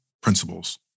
principles